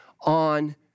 on